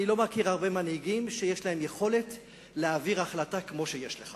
אני לא מכיר הרבה מנהיגים שיש להם יכולת להעביר החלטה כמו שיש לך